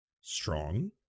strong